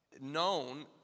known